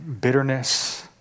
bitterness